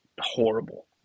horrible